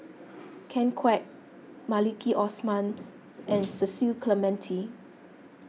Ken Kwek Maliki Osman and Cecil Clementi